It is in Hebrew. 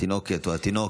התינוקת או התינוק,